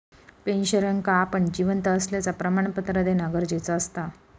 पेंशनरका आपण जिवंत असल्याचा प्रमाणपत्र देना गरजेचा असता